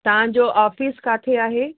तव्हांजो ऑफिस किथे आहे